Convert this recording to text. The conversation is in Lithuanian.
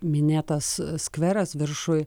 minėtas skveras viršuj